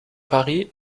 paris